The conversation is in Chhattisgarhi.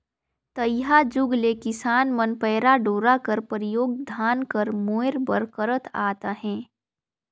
तइहा जुग ले किसान मन पैरा डोरा कर परियोग धान कर मोएर बर करत आत अहे